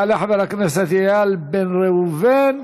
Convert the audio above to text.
יעלה חבר הכנסת איל בן ראובן.